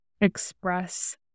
express